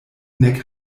nek